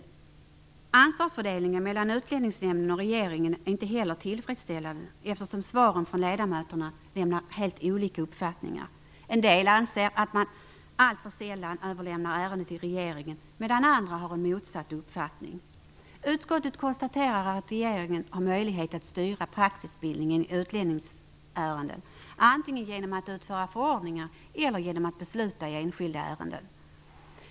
Ansvarsfördelningen mellan Utlänningsnämnden och regeringen är inte heller tillfredsställande, eftersom det i svaren från ledamöterna lämnas helt olika uppfattningar. En del anser att man alltför sällan överlämnar ärenden till regeringen, medan andra har en motsatt uppfattning. Utskottet konstaterar att regeringen har möjlighet att styra praxisbildningen i utlänningsärenden antingen genom att utfärda förordningar eller genom att besluta i enskilda ärenden.